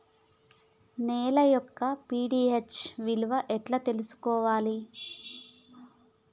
నేల యొక్క పి.హెచ్ విలువ ఎట్లా తెలుసుకోవాలి?